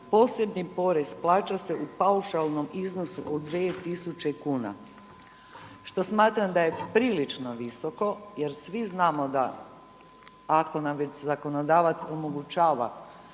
Posebni porez plaća se u paušalnom iznosu od 2 tisuće kuna, što smatram da je prilično visoko jer svi znamo da ako nam već zakonodavac omogućava